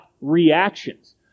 reactions